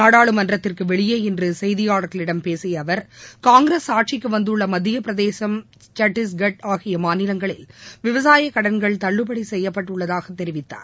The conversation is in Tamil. நாடாளுமன்றத்திற்கு வெளியே இன்று செய்தியாளர்களிடம் பேசிய அவர் காங்கிரஸ் ஆட்சிக்கு வந்துள்ள மத்தியப் பிரதேசம் சத்தீஷ்கர் ஆகிய மாநிலங்களில் விவசாயக் கடன்கள் தள்ளுபடி செய்யப்பட்டுள்ளதாக தெரிவித்தார்